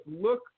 look